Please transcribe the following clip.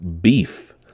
Beef